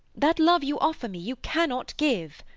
that love you offer me you cannot give,